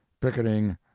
picketing